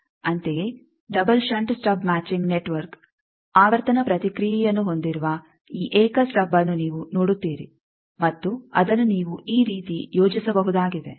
ಅಂತೆಯೇ double shunt stub matching network ಆವರ್ತನ ಪ್ರತಿಕ್ರಿಯೆಯನ್ನು ಹೊಂದಿರುವ ಈ ಏಕ ಸ್ಟಬ್ಅನ್ನು ನೀವು ನೋಡುತ್ತೀರಿ ಮತ್ತು ಅದನ್ನು ನೀವು ಈ ರೀತಿ ಯೋಜಿಸಬಹುದಾಗಿದೆ